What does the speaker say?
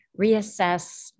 reassess